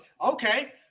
Okay